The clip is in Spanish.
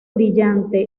brillante